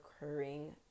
recurring